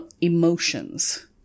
emotions